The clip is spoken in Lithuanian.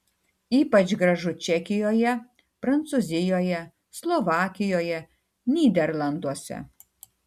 ypač gražu čekijoje prancūzijoje slovakijoje nyderlanduose